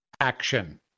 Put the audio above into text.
action